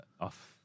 off